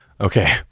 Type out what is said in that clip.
Okay